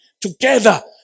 together